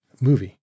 movie